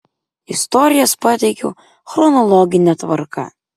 istorijas pateikiau chronologine tvarka